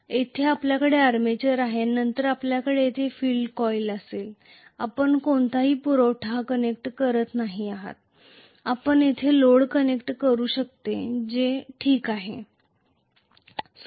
ते येथे आपल्याकडे आर्मेचर आहे आणि नंतर आपल्याकडे येथे फील्ड कॉईल असेल आपण कोणताही पुरवठा कनेक्ट करत नाही आहात आपण येथे लोड कनेक्ट करू शकता जे ठीक आहे